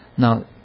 Now